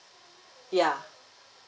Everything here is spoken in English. ya